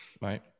Right